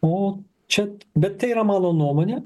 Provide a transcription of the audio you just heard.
o čia bet tai yra mano nuomonė